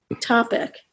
topic